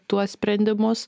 tuos sprendimus